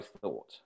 thought